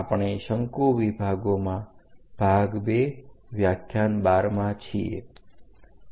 આપણે શંકુ વિભાગોમાં ભાગ 2 વ્યાખ્યાન 12માં છીએ